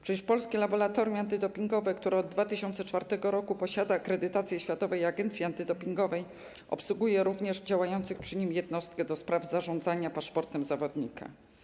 Przecież Polskie Laboratorium Antydopingowe, które od 2004 r. posiada akredytację Światowej Agencji Antydopingowej, obsługuje również działającą przy nim Jednostkę do spraw Zarządzania Paszportem Zawodnika.